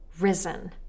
risen